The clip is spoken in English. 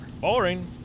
Boring